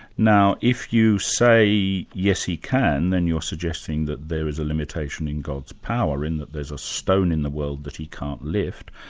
now if you say, yes he can, then you're suggesting that there is a limitation in god's power, in that there's a stone in the world that he can't lift,